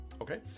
Okay